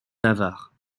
navarre